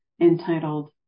entitled